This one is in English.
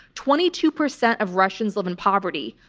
twenty two percent of russians live in poverty.